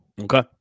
okay